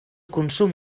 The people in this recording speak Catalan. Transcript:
consum